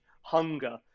hunger